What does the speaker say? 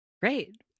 Great